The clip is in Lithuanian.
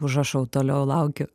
užrašau toliau laukiu